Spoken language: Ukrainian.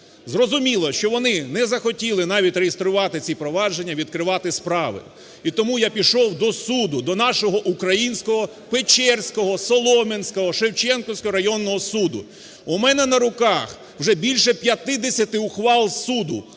Зрозуміло, що вони не захотіли навіть реєструвати ці провадження, відкривати справи. І тому я пішов до суду, до нашого українського Печерського, Солом'янського, Шевченківського районного суду. У мене на руках вже більше 50 ухвал суду,